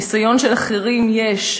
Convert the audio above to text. ניסיון של אחרים יש.